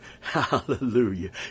Hallelujah